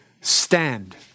stand